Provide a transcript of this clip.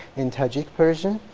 in tajik persian.